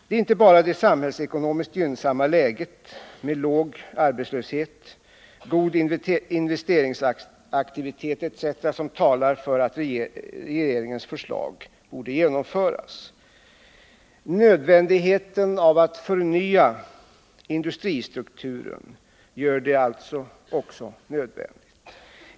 Det är inte bara det samhällsekonomiskt gynnsamma läget med låg arbetslöshet, god investeringsaktivitet etc. som talar för att regeringens förslag borde genomföras. Det gör också nödvändigheten av att förnya industristrukturen.